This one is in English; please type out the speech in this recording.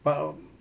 but uh